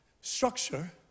Structure